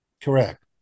Correct